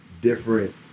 different